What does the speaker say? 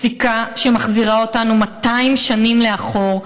פסיקה שמחזירה אותנו מאתיים שנים לאחור,